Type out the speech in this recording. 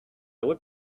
would